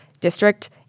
district